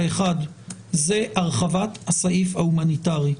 האחד, הרחבת הסעיף ההומניטרי.